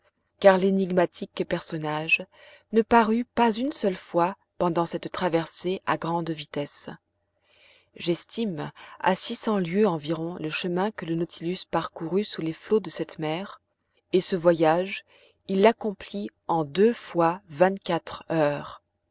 car l'énigmatique personnage ne parut pas une seule fois pendant cette traversée à grande vitesse j'estime à six cents lieues environ le chemin que le nautilus parcourut sous les flots de cette mer et ce voyage il l'accomplit en deux fois vingt-quatre heures